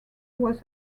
was